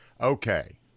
okay